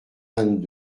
vingt